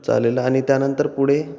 चालेल आणि त्यानंतर पुढे